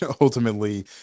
ultimately